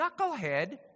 knucklehead